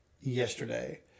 yesterday